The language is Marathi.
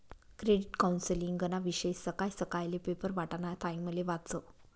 क्रेडिट कौन्सलिंगना विषयी सकाय सकायले पेपर वाटाना टाइमले वाचं